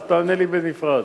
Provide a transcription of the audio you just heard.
אז תענה לי בנפרד.